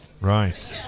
Right